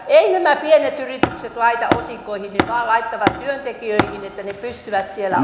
eivät nämä pienet yritykset laita osinkoihin ne vain laittavat työntekijöihin että ne pystyvät siellä